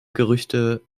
gerüchte